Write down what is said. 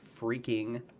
freaking